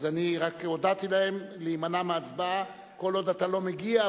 אז אני רק הודעתי להם להימנע מהצבעה כל עוד אתה לא מגיע,